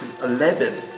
Eleven